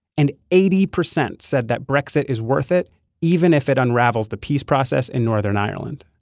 and eighty percent said that brexit is worth it even if it unravels the peace process in northern ireland.